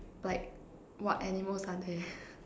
like what animals are there